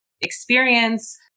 experience